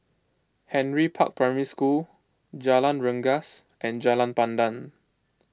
Henry Park Primary School Jalan Rengas and Jalan Pandan